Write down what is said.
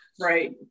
Right